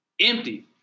Empty